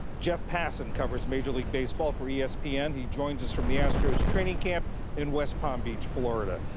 jeff passan covers major league baseball for yeah espn. he joins us from the astros training camp in west palm beach, florida.